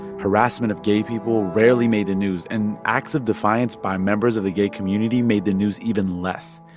harassment of gay people rarely made the news. and acts of defiance by members of the gay community made the news even less.